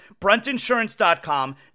Bruntinsurance.com